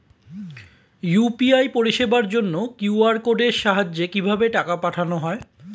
UPI পরিষেবার জন্য QR কোডের সাহায্যে কিভাবে টাকা পাঠানো হয়?